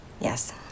Yes